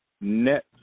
net